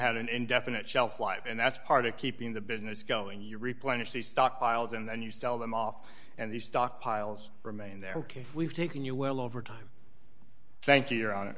had an indefinite shelf life and that's part of keeping the business going you replenish the stock piles and then you sell them off and the stock piles remain there ok we've taken you well over time thank you your hon